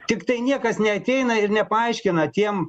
tiktai niekas neateina ir nepaaiškina tiem